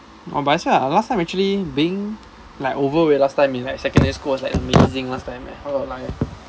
oh but I swear ah last time actually being like overweight last time in like secondary school is like amazing last time like how our life